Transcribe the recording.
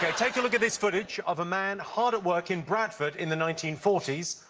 take a look at this footage of a man hard at work in bradford in the nineteen forty s.